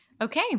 Okay